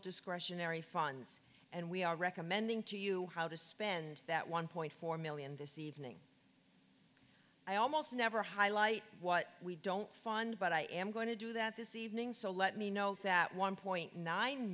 discretionary funds and we are recommending to you how to spend that one point four million this evening i almost never highlight what we don't fund but i am going to do that this evening so let me note that one point nine